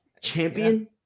champion